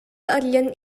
арыйан